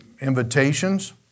invitations